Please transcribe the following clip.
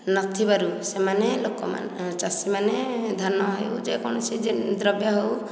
ନଥିବାରୁ ସେମାନେ ଲୋକମାନେ ଚାଷୀମାନେ ଧାନ ହେଉ ଯେକୌଣସି ଦ୍ରବ୍ୟ ହେଉ